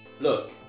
Look